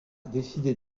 décider